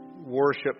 worship